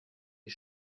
die